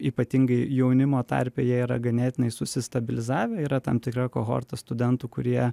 ypatingai jaunimo tarpe jie yra ganėtinai susistabilizavę yra tam tikra kohorta studentų kurie